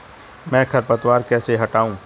मैं खरपतवार कैसे हटाऊं?